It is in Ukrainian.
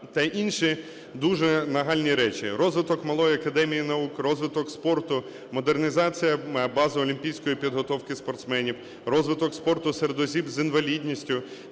Та інші дуже нагальні речі: розвиток Малої академії наук, розвиток спорту, модернізація бази олімпійської підготовки спортсменів, розвиток спорту серед осіб з інвалідністю